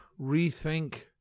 rethink